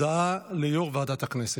מ/1670,